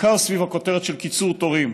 בעיקר סביב הכותרת של קיצור תורים,